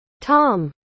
tom